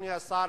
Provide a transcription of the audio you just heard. אדוני השר,